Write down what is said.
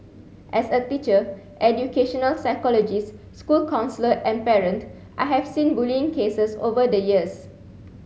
as a teacher educational psychologist school counsellor and parent I have seen bullying cases over the years